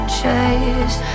chase